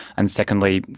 and secondly,